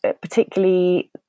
particularly